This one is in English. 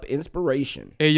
Inspiration